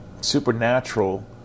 supernatural